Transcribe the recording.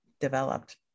developed